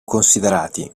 considerati